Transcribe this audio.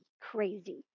crazy